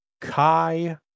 Kai